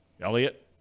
Elliot